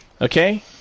Okay